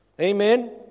Amen